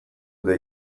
eta